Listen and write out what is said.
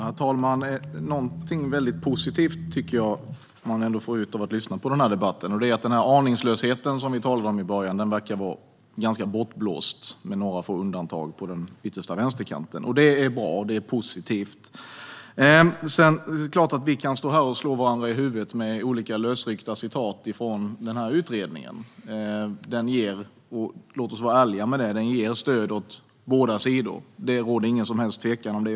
Herr talman! Jag tycker att man ändå får ut något väldigt positivt av att lyssna på denna debatt: Den aningslöshet vi talade om i början verkar vara ganska bortblåst, med några få undantag på den yttersta vänsterkanten. Det är bra och positivt. Sedan är det klart att vi kan stå här och slå varandra i huvudet med olika lösryckta citat från utredningen. Och låt oss vara ärliga: Den ger stöd åt båda sidor. Det råder ingen som helst tvekan om det.